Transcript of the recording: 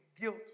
guilt